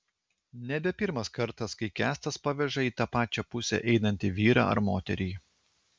nebe pirmas kartas kai kęstas paveža į tą pačią pusę einantį vyrą ar moterį